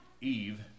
Eve